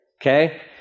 okay